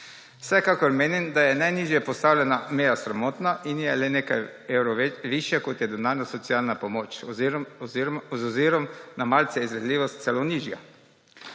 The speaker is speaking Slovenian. Vsekakor menim, da je najnižje postavljena meja sramotna in je le nekaj evrov višja, kot je denarna socialna pomoč oziroma celo nižja.